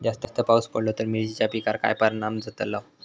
जास्त पाऊस पडलो तर मिरचीच्या पिकार काय परणाम जतालो?